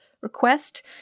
request